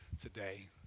today